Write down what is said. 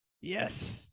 Yes